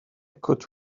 could